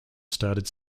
started